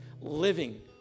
living